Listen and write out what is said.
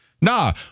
Nah